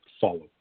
follow